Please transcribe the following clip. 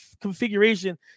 configuration